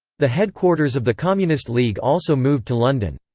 the headquarters of the communist league also moved to london.